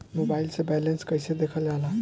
Mobile से balance कइसे देखल जाला?